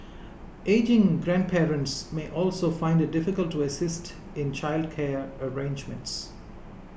ageing grandparents may also find it difficult to assist in childcare arrangements